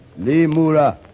Limura